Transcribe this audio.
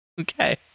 Okay